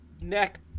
neck